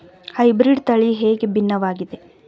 Hybrid ತಳಿ ಹೇಗೆ ಭಿನ್ನವಾಗಿದೆ?